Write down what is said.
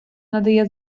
надає